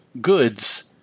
goods